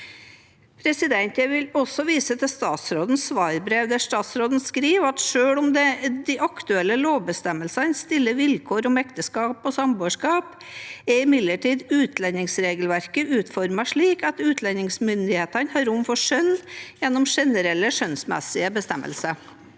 Jeg vil også vise til statsrådens svarbrev, der statsråden skriver at selv om de aktuelle lovbestemmelsene stiller vilkår om ekteskap og samboerskap, er imidlertid utlendingsregelverket utformet slik at utlendingsmyndighetene har rom for skjønn gjennom generelle skjønnsmessige bestemmelser.